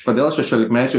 kodėl šešiolikmečiai